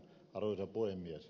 arvoisa puhemies